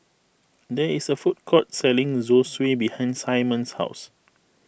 there is a food court selling Zosui behind Simon's house